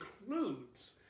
includes